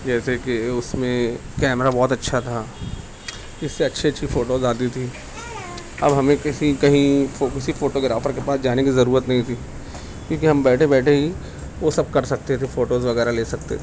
جیسے کہ اس میں کیمرہ بہت اچھا تھا اس سے اچھی اچھی فوٹوز آتی تھی اب ہمیں کسی کہیں کسی فوٹو گرافر کے پاس جانے کی ضرورت نہیں تھی کیونکہ ہم بیٹھے بیٹھے ہی وہ سب کر سکتے تھے فوٹوز وغیرہ لے سکتے تھے